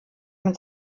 mit